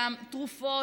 שהתרופות,